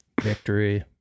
Victory